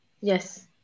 Yes